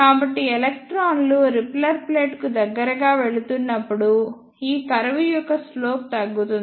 కాబట్టి ఎలక్ట్రాన్లు రిపెల్లర్ ప్లేట్కు దగ్గరగా వెళుతున్నప్పుడుఈ కర్వ్ యొక్క స్లోప్ తగ్గుతుంది